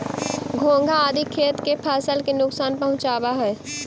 घोंघा आदि खेत के फसल के नुकसान पहुँचावऽ हई